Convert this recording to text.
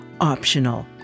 optional